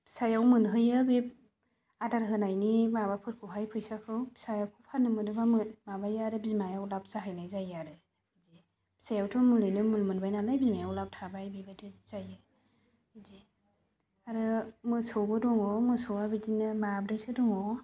फिसायाव मोनहोयो बे आदार होनायनि माबाफोरखौहाय फैसाखौ फिसाखौ फाननो मोनोबा माबायो आरो बिमाय अरदाब जाहैनाय जायो आरो बिदि फिसायावथ' मुलैनो मुल मोनबाय नालाय बिमायाव लाब थाबाय बेबायदि जायो बिदि आरो मोसौबो दङ मोसौआ बिदिनो माब्रैसो दङ